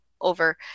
over